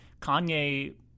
Kanye